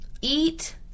Eat